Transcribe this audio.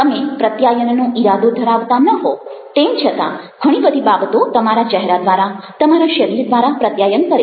તમે પ્રત્યાયનનો ઇરાદો ધરાવતા ન હો તેમ છતાં ઘણી બધી બાબતો તમારા ચહેરા દ્વારા તમારા શરીર દ્વારા પ્રત્યાયન કરે છે